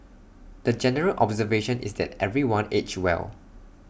the general observation is that everyone aged well